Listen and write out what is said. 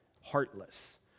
heartless